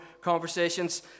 conversations